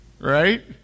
Right